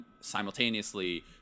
simultaneously